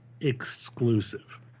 exclusive